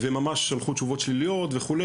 וממש הלכו תשובות שליליות וכו',